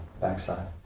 backside